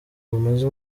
rumaze